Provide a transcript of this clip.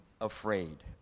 afraid